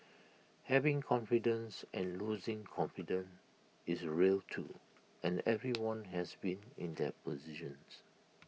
having confidence and losing confidence is real too and everyone has been in that positions